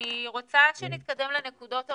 אני רוצה שנתקדם לנקודות הבאות,